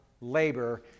labor